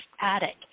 attic